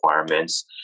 requirements